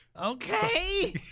Okay